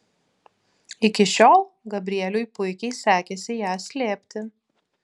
iki šiol gabrieliui puikiai sekėsi ją slėpti